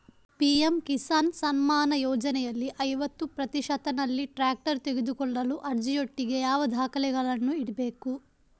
PM Kisan Samman ಯೋಜನೆಯಲ್ಲಿ ಐವತ್ತು ಪ್ರತಿಶತನಲ್ಲಿ ಟ್ರ್ಯಾಕ್ಟರ್ ತೆಕೊಳ್ಳಲು ಅರ್ಜಿಯೊಟ್ಟಿಗೆ ಯಾವ ದಾಖಲೆಗಳನ್ನು ಇಡ್ಬೇಕು?